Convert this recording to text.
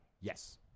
yes